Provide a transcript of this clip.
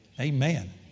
Amen